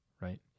Right